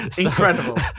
incredible